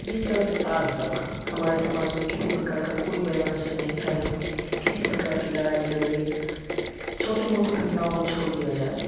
जिस तरह से आज तक हमारे समाज में किसी प्रकार का कोई वैमनस्य नहीं फैला किसी प्रकार की लड़ाई झगड़े छोटी मोटी घटनाओं को छोड़ दिया जाए